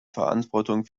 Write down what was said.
verantwortung